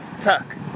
tuck